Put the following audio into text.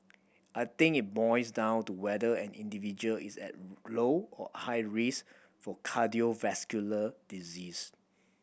I think it boils down to whether an individual is at low or high risk for cardiovascular disease